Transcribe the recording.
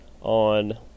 on